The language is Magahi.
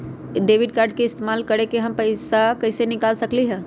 डेबिट कार्ड के इस्तेमाल करके हम पैईसा कईसे निकाल सकलि ह?